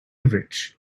rich